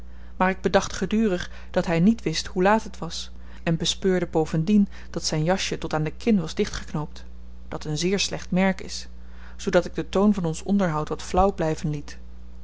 maar ik bedacht gedurig dat hy niet wist hoe laat het was en bespeurde bovendien dat zyn jasje tot aan de kin was dichtgeknoopt dat een zeer slecht merk is zoodat ik den toon van ons onderhoud wat flauw blyven liet